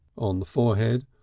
on the forehead,